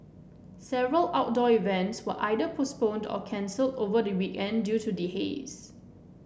several outdoor events were either postponed or cancelled over the weekend due to the haze